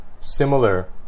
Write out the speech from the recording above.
similar